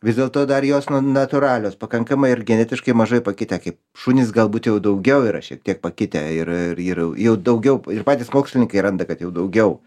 vis dėlto dar jos na natūralios pakankamai ir genetiškai mažai pakitę kaip šunys galbūt jau daugiau yra šiek tiek pakitę ir ir jau daugiau ir patys mokslininkai randa kad jau daugiau